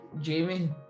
Jamie